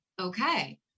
okay